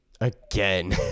Again